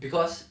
because